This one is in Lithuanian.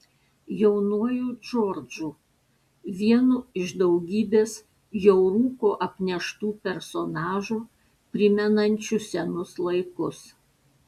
jaunuoju džordžu vienu iš daugybės jau rūko apneštų personažų primenančių senus laikus